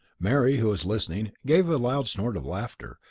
mary, who was listening, gave a loud snort of laughter,